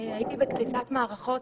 הייתי בקריסת מערכות.